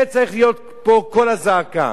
זה צריך להיות פה קול הזעקה.